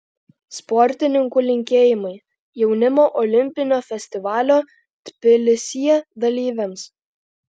sportininkų linkėjimai jaunimo olimpinio festivalio tbilisyje dalyviams